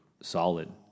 solid